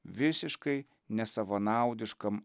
visiškai nesavanaudiškam